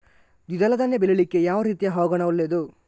ದ್ವಿದಳ ಧಾನ್ಯ ಬೆಳೀಲಿಕ್ಕೆ ಯಾವ ರೀತಿಯ ಹವಾಗುಣ ಒಳ್ಳೆದು?